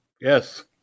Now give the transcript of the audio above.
Yes